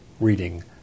reading